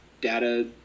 data